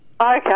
Okay